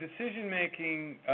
decision-making